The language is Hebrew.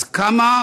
אז כמה,